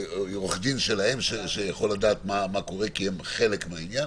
עורך דין שלהם שיכול לדעת מה קורה כי הם חלק מהעניין.